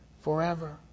forever